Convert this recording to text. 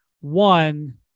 one